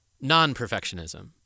non-perfectionism